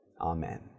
Amen